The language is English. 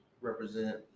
represent